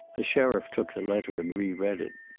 the sheriff took the letter and reread it.